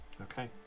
Okay